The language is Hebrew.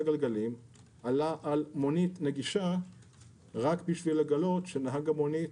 גלגלים שעלה על מונית נגישה רק בשביל לגלות שנהג המונית